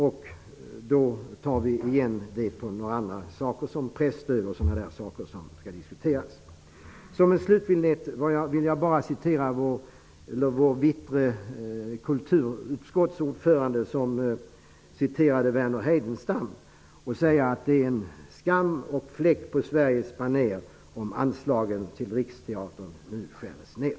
Vi får ta igen det på andra områden -- presstöd o.d. -- som skall diskuteras. Som en slutvinjett vill jag återge vad den vittre ordföranden i kulturutskottet sade med anspelning på Verner von Heidenstam: Det är en skam och fläck på Sveriges baner om anslagen till Riksteatern nu skäres ner.